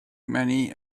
many